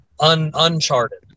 uncharted